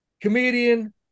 comedian